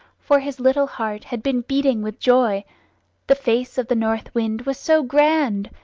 for his little heart had been beating with joy the face of the north wind was so grand!